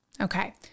Okay